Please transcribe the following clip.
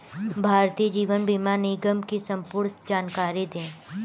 भारतीय जीवन बीमा निगम की संपूर्ण जानकारी दें?